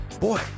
Boy